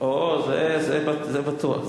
זה בטוח.